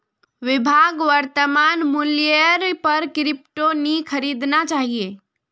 विभाक वर्तमान मूल्येर पर क्रिप्टो नी खरीदना चाहिए